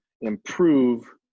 improve